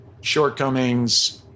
shortcomings